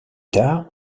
tard